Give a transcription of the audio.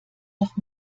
noch